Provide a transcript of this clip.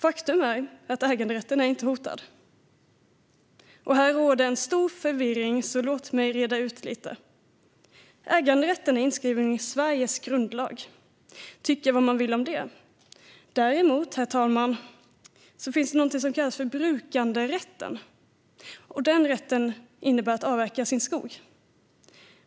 Faktum är att äganderätten inte är hotad. Här råder stor förvirring, så låt mig reda ut det hela lite. Äganderätten är inskriven i Sveriges grundlag, tycka vad man vill om det. Däremot, herr talman, finns det något som kallas brukanderätten och som handlar om rätten att avverka sin skog.